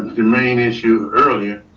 the main issue earlier.